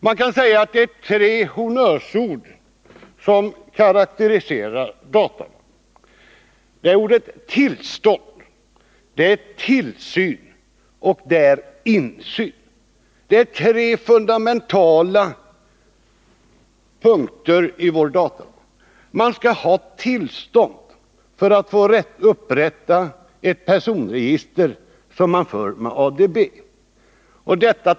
Man kan säga att tre honnörsord karakteriserar datalagen. Tillstånd, tillsyn och insyn är tre fundamentala begrepp i vår datalag. Man skall ha tillstånd för att få upprätta ett personregister som förs med ADB.